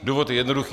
Důvod je jednoduchý.